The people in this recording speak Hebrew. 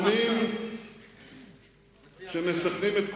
גורמים שמסכנים את כולנו,